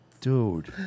Dude